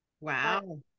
Wow